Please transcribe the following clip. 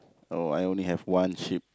oh I only have one ship